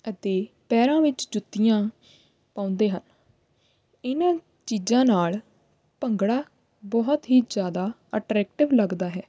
ਅਤੇ ਪੈਰਾਂ ਵਿੱਚ ਜੁੱਤੀਆਂ ਪਾਉਂਦੇ ਹਨ ਇਹਨਾਂ ਚੀਜ਼ਾਂ ਨਾਲ ਭੰਗੜਾ ਬਹੁਤ ਹੀ ਜ਼ਿਆਦਾ ਅਟਰੈਕਟਿਵ ਲੱਗਦਾ ਹੈ